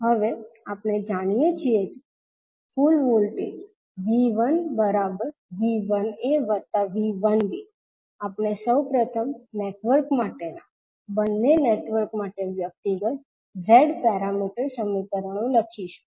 હવે આપણે જાણીએ છીએ કે કુલ વોલ્ટેજ V1V1aV1b આપણે સૌપ્રથમ નેટવર્ક માટેના બંને નેટવર્ક માટે વ્યક્તિગત Z પેરામીટર સમીકરણો લખીશું